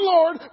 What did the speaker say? Lord